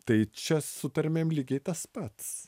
tai čia su tarmėm lygiai tas pats